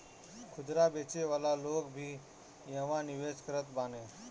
खुदरा बेचे वाला लोग भी इहवा निवेश करत बाने